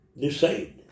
decide